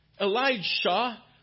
Elijah